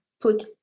put